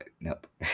Nope